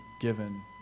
given